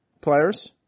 players